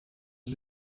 ubu